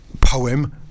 poem